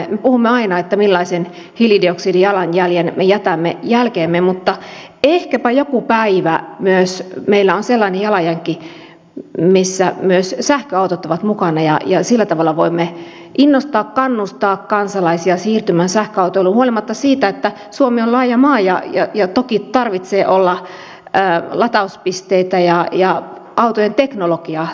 me puhumme aina siitä millaisen hiilidioksidijalanjäljen me jätämme jälkeemme mutta ehkäpä joku päivä meillä on sellainen jalanjälki missä myös sähköautot ovat mukana ja sillä tavalla voimme innostaa kannustaa kansalaisia siirtymään sähköautoiluun huolimatta siitä että suomi on laaja maa ja toki täytyy olla latauspisteitä ja autoteknologiaa tulee kehittää